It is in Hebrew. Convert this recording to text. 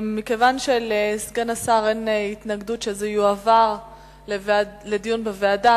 מכיוון שלסגן השר אין התנגדות שזה יועבר לדיון בוועדה,